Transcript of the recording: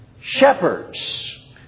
shepherds